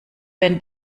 wenn